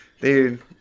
Dude